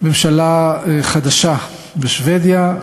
ממשלה חדשה בשבדיה,